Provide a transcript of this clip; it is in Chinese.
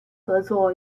合作